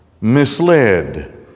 misled